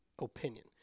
opinion